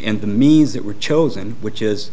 and the means that were chosen which is